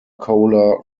cola